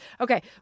Okay